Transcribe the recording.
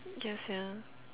yeah sia